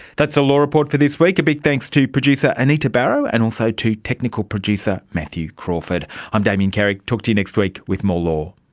that's the law report for this week. a big thanks to producer anita barraud, and also technical producer matthew crawford. i'm damien carrick, talk to you next week with more law